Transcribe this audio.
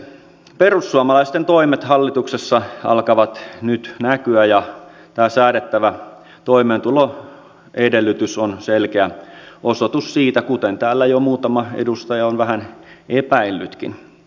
perussuomalaisten toimet hallituksessa alkavat nyt näkyä ja tämä säädettävä toimeentuloedellytys on selkeä osoitus siitä kuten täällä jo muutama edustaja on vähän epäillytkin